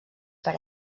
per